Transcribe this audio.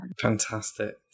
Fantastic